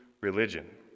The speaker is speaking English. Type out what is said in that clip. religion